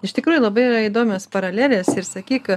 iš tikrųjų labai yra įdomios paralelės ir sakyk